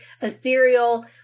ethereal